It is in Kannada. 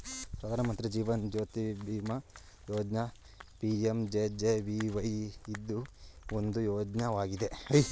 ಪ್ರಧಾನ ಮಂತ್ರಿ ಜೀವನ್ ಜ್ಯೋತಿ ಬಿಮಾ ಯೋಜ್ನ ಪಿ.ಎಂ.ಜೆ.ಜೆ.ಬಿ.ವೈ ಇದು ಒಂದು ಯೋಜ್ನಯಾಗಿದೆ